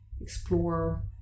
explore